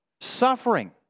Suffering